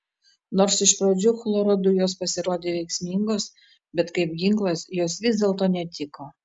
nors iš pradžių chloro dujos pasirodė veiksmingos bet kaip ginklas jos vis dėlto netiko